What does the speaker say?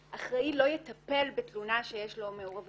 שלפי התקנות אחראי לא יטפל בתלונה שיש לו --- כלומר,